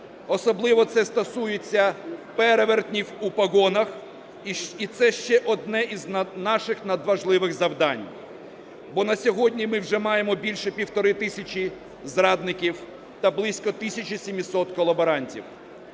особливо це стосується перевертнів у погонах і це ще одне з наших надважливих завдань. Бо на сьогодні ми вже маємо більше 1,5 тисячі зрадників та близько тисячі 700 колаборантів.